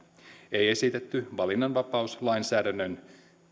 ei ole esitetty valinnanvapauslainsäädännön tätä puolta